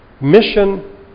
Mission